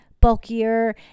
bulkier